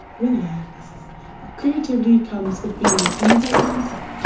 relax creativity comes with being in the right mindset.